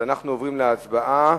אנחנו עוברים להצבעה.